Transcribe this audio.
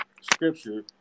scripture